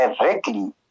directly